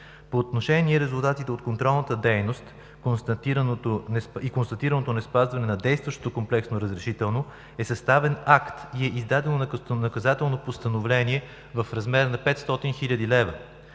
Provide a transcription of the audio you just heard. По отношение резултатите от контролната дейност и констатираното неспазване на действащото комплексно разрешително, е съставен акт на издадено наказателно постановление в размер на 500 хил. лв.